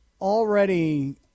already